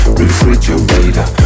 refrigerator